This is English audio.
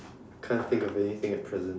can't think of anything at present